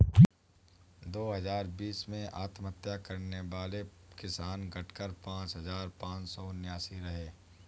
दो हजार बीस में आत्महत्या करने वाले किसान, घटकर पांच हजार पांच सौ उनासी रहे